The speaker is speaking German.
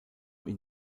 ihn